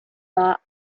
thought